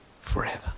forever